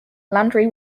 landry